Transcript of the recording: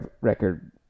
record